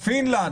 פילנד.